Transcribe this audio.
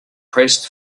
pressed